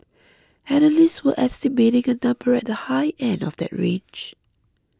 analysts were estimating a number at the high end of that range